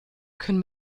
können